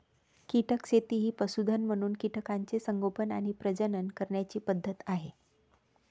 कीटक शेती ही पशुधन म्हणून कीटकांचे संगोपन आणि प्रजनन करण्याची पद्धत आहे